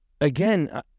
again